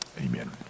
Amen